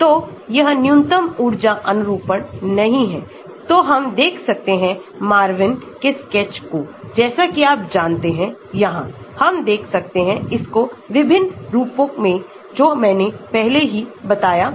तो यह न्यूनतम ऊर्जाअनुरूपण नहीं है तोहम देख सकते हैं मार्विन के स्केच को जैसा कि आप जानते हैंयहांहम देख सकते हैंइसको विभिन्न रूपों में जो मैंने पहलेही बताया था